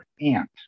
aunt